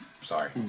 Sorry